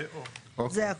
זה הכול.